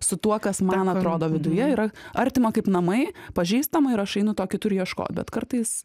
su tuo kas man atrodo viduje yra artima kaip namai pažįstama ir aš einu to kitur ieškot bet kartais